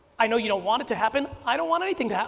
i know you don't want it to happen. i don't want anything,